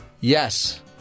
Yes